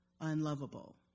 unlovable